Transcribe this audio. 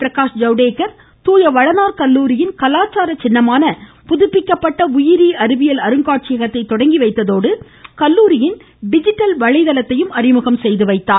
பிரகாஷ் ஜவ்டேகர் துாய வளனார் கல்லுாரியின் கலாச்சார சின்னமான புதுப்பிக்கப்பட்ட உயிரி அறிவியல் அருங்காட்சியகத்தை தொடங்கி வைத்ததோடு கல்லுாரியின் டிஜிட்டல் வலைதளத்தையும் அறிமுகம் செய்து வைத்தார்